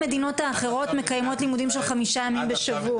כל המדינות האחרות מקיימות לימודים של חמישה ימים בשבוע.